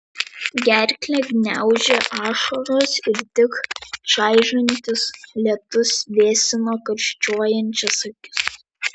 gerklę gniaužė ašaros ir tik čaižantis lietus vėsino karščiuojančias akis